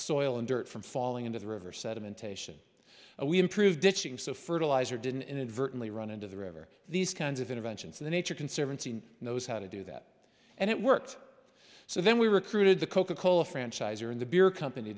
soil and dirt from falling into the river sedimentation and we improved ditching so fertiliser didn't inadvertently run into the river these kinds of interventions the nature conservancy knows how to do that and it worked so then we recruited the coca cola franchise or in the beer company